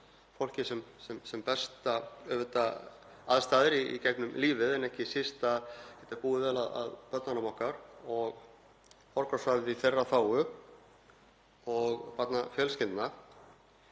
fólki sem bestar aðstæður í gegnum lífið en ekki síst að geta búið vel að börnunum okkar og forgangsraðað í þeirra þágu og barnafjölskyldna.